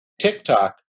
TikTok